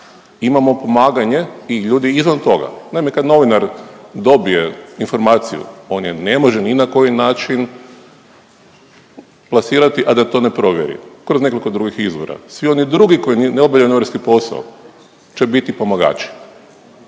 imamo pomaganje i ljudi izvan toga. Naime, kad novinar dobije informaciju on je ne može ni na koji način plasirati, a da to ne provjeri kroz nekoliko drugih izvora. Svi oni drugi koji ne obavljaju novinarski posao će biti pomagači,